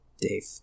Dave